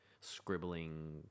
scribbling